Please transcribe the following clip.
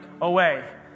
away